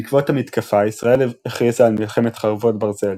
בעקבות המתקפה ישראל הכריזה על מלחמת חרבות ברזל,